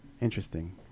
interesting